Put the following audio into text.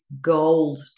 gold